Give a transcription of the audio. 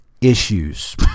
issues